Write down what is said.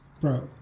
Bro